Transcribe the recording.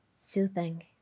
soothing